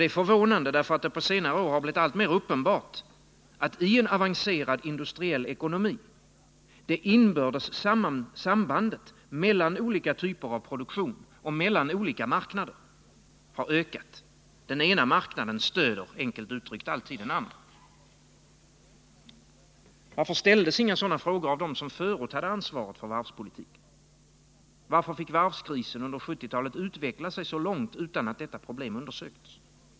Det är förvånande, därför att det på senare år har blivit alltmer uppenbart att i en avancerad industriell 113 ekonomi det inbördes sambandet mellan olika typer av produktion och mellan olika marknader har ökat. Den ena marknaden stöder, enkelt uttryckt, alltid den andra. Varför ställdes inga sådana frågor av dem som förut hade ansvaret för varvspolitiken? Varför fick varvskrisen under 1970-talet utveckla sig så långt utan att problemet undersöktes?